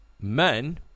men